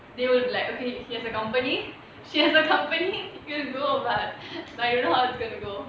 they will be like okay he has a company she has a company like you know how it's going to go